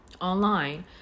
online